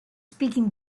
speaking